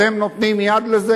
אתם נותנים יד לזה.